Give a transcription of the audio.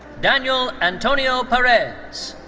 daniel antonio perez.